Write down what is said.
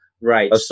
Right